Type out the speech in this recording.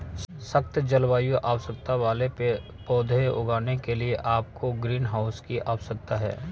सख्त जलवायु आवश्यकताओं वाले पौधे उगाने के लिए आपको ग्रीनहाउस की आवश्यकता है